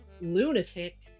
lunatic